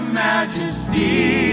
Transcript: majesty